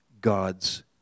God's